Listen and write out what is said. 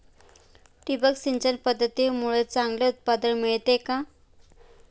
ठिबक सिंचन पद्धतीमुळे चांगले उत्पादन मिळते का?